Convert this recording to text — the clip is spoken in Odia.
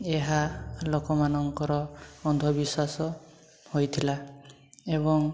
ଏହା ଲୋକମାନଙ୍କର ଅନ୍ଧବିଶ୍ୱାସ ହୋଇଥିଲା ଏବଂ